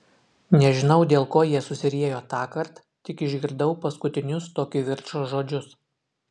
nežinau dėl ko jie susiriejo tąkart tik išgirdau paskutinius to kivirčo žodžius